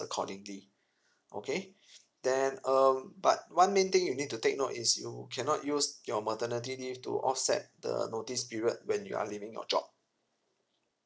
accordingly okay then um but one main thing you need to take note is you cannot use your maternity leave to offset the notice period when you are leaving your job